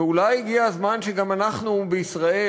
ואולי הגיע הזמן שגם אנחנו בישראל